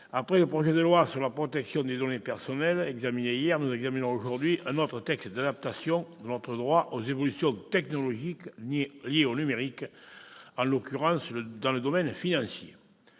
après le projet de loi relatif à la protection des données personnelles, dont nous avons débattu hier, nous examinons aujourd'hui un autre texte d'adaptation de notre droit aux évolutions technologiques liées au numérique, en l'occurrence dans le domaine financier.